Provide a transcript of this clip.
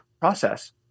process